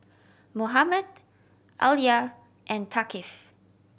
Muhammad Alya and Thaqif